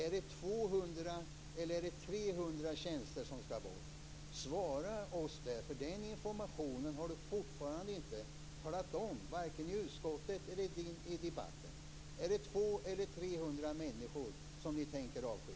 Skall 200 eller 300 tjänster bort? Svara på det. Den informationen har Harald Nordlund fortfarande inte gett, varken i utskottet eller i debatten. Är det 200 eller 300 människor ni tänker avskeda?